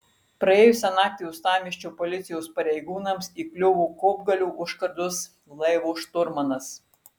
praėjusią naktį uostamiesčio policijos pareigūnams įkliuvo kopgalio užkardos laivo šturmanas